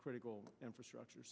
critical infrastructure